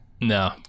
No